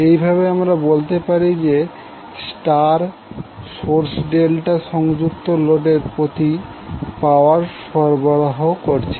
এইভাবে আমরা বলতে পারি যে স্টার সোর্স ডেল্টা সংযুক্ত লোডের প্রতি পাওয়ার সরবরাহ করছে